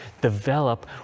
develop